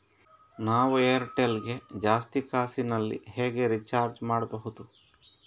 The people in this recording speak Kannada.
ನಾವು ಏರ್ಟೆಲ್ ಗೆ ಜಾಸ್ತಿ ಕಾಸಿನಲಿ ಹೇಗೆ ರಿಚಾರ್ಜ್ ಮಾಡ್ಬಾಹುದು?